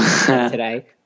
today